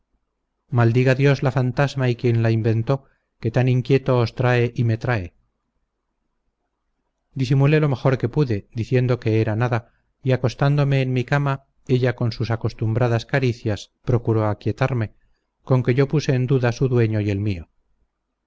maldiga dios la fantasma y quien la inventó que tan inquieto os trae y me trae disimulé lo mejor que pude diciendo que era nada y acostándome en mi cama ella con sus acostumbradas caricias procuró aquietarme con que yo puse en duda su dueño y el mio